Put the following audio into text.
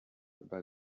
bei